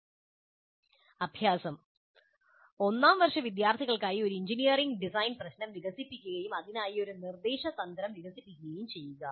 അഭ്യാസം 1 ഒന്നാം വർഷ വിദ്യാർത്ഥികൾക്കായി ഒരു എഞ്ചിനീയറിംഗ് ഡിസൈൻ പ്രശ്നം വികസിപ്പിക്കുകയും അതിനായി ഒരു നിർദ്ദേശ തന്ത്രം വികസിപ്പിക്കുകയും ചെയ്യുക